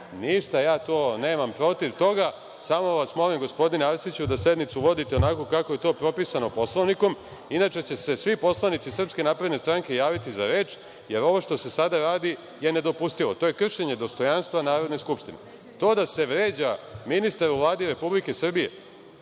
ništa protiv toga, samo vas molim, gospodine Arsiću, da sednicu vodite onako kako je to propisano Poslovnikom, inače će se svi poslanici SNS javiti za reč, jer ovo što se sada radi je nedopustivo. To je kršenje dostojanstva Narodne skupštine. To da se vređa ministar u Vladi Republike Srbije,